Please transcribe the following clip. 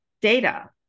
data